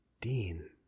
Dean